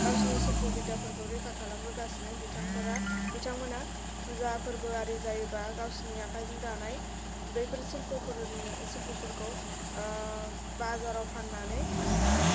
गावसिनि सिल्प' बिद्याफोरखौ रैखा खालामबोगासिनो बिथांफोरा बिथांमोना फुजा फोरबो आरि जायोबा गावसोरनि आखाइजों दानाय बैफोर सिल्प'फोरनि सिल्प'फोरखौ बाजाराव फान्नानै